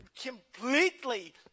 completely